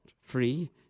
free